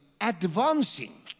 advancing